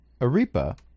Arepa